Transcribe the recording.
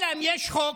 אלא אם כן יש חוק